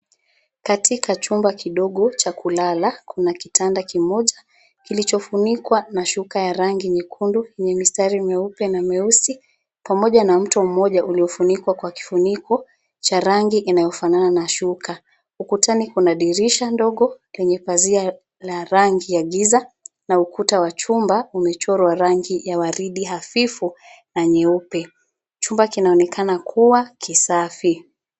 Katika chumba kidogo cha kulala, kuna kitanda kimoja kilichofunikwa na shuka ya rangi nyekundu yenye mistri mieupe na mieusi, pamoja na mto mmoja uliofunikwa kwa kifuniko cha rangi inayofanana na shuka. Ukutani kuna dirisha ndogo yenye pazia la rangi ya giza na ukuta wa chumba umechorwa rangi ya waridi hafifu na nyeupe. Chumba kinaonekana kuwa kisafi.